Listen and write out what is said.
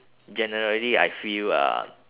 generally I feel uh